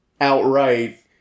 outright